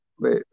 wait